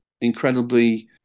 incredibly